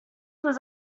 was